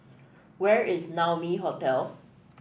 where is Naumi Hotel